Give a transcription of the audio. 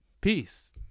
Peace